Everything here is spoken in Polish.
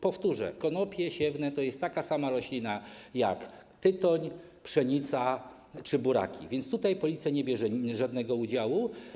Powtórzę, konopie siewne to jest taka sama roślina jak tytoń, pszenica czy buraki, więc tutaj Policja nie bierze żadnego udziału.